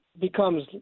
becomes